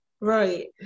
right